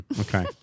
Okay